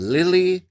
Lily